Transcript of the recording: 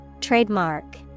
Trademark